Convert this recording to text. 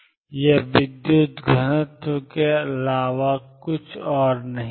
यह विद्युत घनत्व के अलावा और कुछ नहीं है